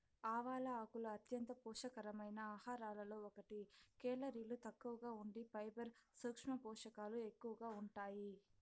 ఆవాల ఆకులు అంత్యంత పోషక కరమైన ఆహారాలలో ఒకటి, కేలరీలు తక్కువగా ఉండి ఫైబర్, సూక్ష్మ పోషకాలు ఎక్కువగా ఉంటాయి